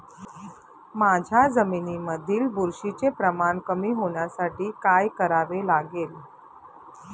माझ्या जमिनीमधील बुरशीचे प्रमाण कमी होण्यासाठी काय करावे लागेल?